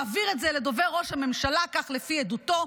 מעביר את זה לדובר ראש הממשלה, כך לפי עדותו.